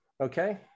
Okay